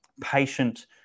patient